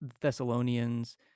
Thessalonians